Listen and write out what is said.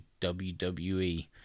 wwe